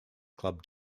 clubs